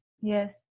Yes